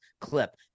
clip